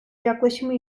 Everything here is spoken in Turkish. yaklaşımı